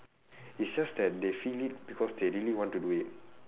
it's just that they feel it because they really want to do it